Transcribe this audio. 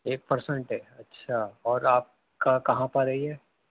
ایک per cent tax اچھا اور آپ کا کہاں پر ہے یہ